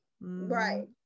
Right